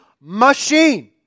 machine